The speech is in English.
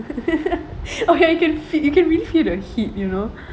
oh ya you can f~ you can really feel the heat you know